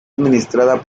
administrada